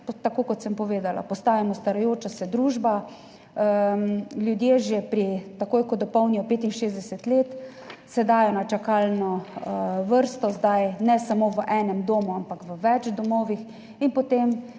tako kot sem povedala, postajamo starajoča se družba, ljudje se takoj, ko dopolnijo 65 let, dajo na čakalno vrsto ne samo v enem domu, ampak v več domovih. Potem